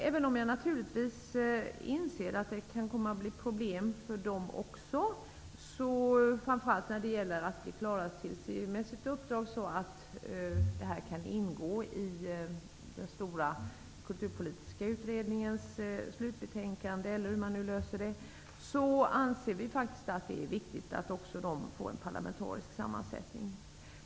Även om jag naturligtvis inser att det kan komma att bli problem även för dem, framför allt när det gäller att bli klara med sina uppdrag så att utredningarna kan ingå i den stora kulturpolitiska utredningens slutbetänkande, anser vi faktiskt att det är viktigt att också de får en parlamentarisk sammansättning.